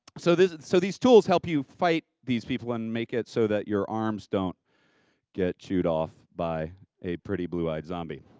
so these so these tools help you fight these people, and make it so that your arms don't get chewed off by a pretty, blue eyed zombie.